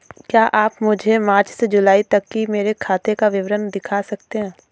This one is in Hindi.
क्या आप मुझे मार्च से जूलाई तक की मेरे खाता का विवरण दिखा सकते हैं?